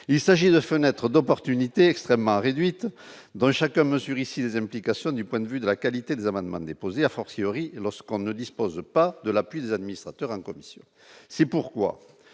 il s'agit de fenêtre d'opportunité extrêmement réduite dans chacun mesure ici les implications du point de vue de la qualité des amendements déposés, a fortiori lorsqu'on ne dispose pas de l'appui des administrateurs en commission, c'est pourquoi